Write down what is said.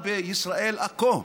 בישראל עכו,